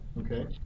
okay